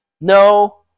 no